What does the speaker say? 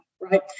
right